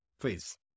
Please